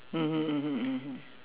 mmhmm mmhmm mmhmm